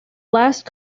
last